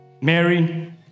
mary